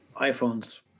iPhones